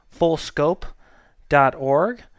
fullscope.org